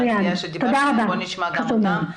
בואו נשמע גם אותם.